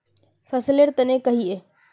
फसल लेर तने कहिए?